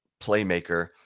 playmaker